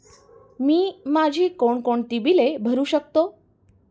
मी माझी कोणकोणती बिले भरू शकतो?